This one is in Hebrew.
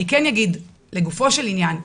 אני כן אגיד, בגופו של עניין,